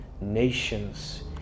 nations